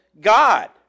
God